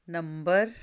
number